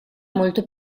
molto